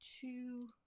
two